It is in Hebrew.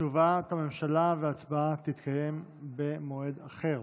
תשובת הממשלה והצבעה יתקיימו במועד אחר.